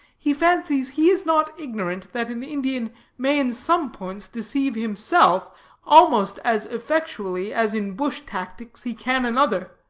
he fancies he is not ignorant that an indian may in some points deceive himself almost as effectually as in bush-tactics he can another,